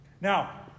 Now